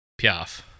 Piaf